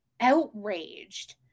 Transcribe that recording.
outraged